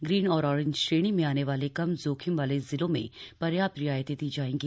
green और orange श्रेणी में आने वाले कम जोखिम वाले जिलों में प्रयाप्त रियायतें दी जाएंगी